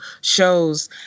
shows